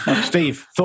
Steve